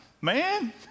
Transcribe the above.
man